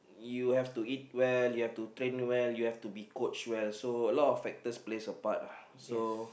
you have to eat well you have to train well you have to coach well so a lot of factors plays a part uh so